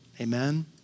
Amen